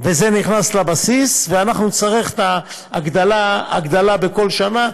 וזה נכנס לבסיס, אנחנו נצטרך את ההגדלה בכל שנה.